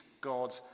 God